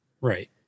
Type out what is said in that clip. Right